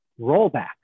rollback